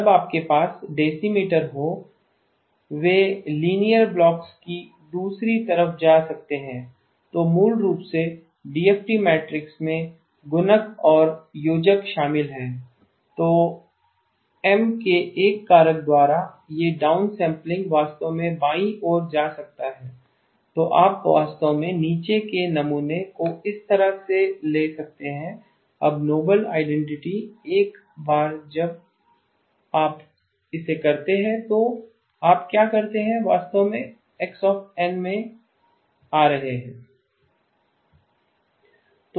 जब आपके पास डेसीमीटर हो वे लीनियर ब्लॉक्स के दूसरी तरफ जा सकते हैं तो मूल रूप से डीएफटी मैट्रिक्स में गुणक और योजक शामिल हैं तो एम के एक कारक द्वारा यह डाउन सैंपलिंग वास्तव में बाईं ओर जा सकता है तो आप वास्तव में नीचे के नमूने को इस तरफ ले जा सकते हैं अब नोबल आइडेंटिटी एक बार जब आप इसे करते हैं तो आप क्या करते हैं वास्तव में x n में आ रहे हैं